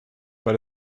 but